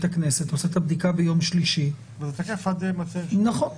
הכנסת עושה את הבדיקה ביום שלישי וזה תופס עד מוצאי --- נכון,